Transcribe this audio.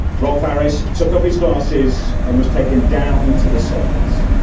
rolf harris took off his glasses and was taken down to the cells.